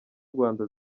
rwanda